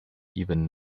even